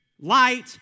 light